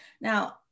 Now